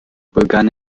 begann